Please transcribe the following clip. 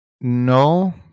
No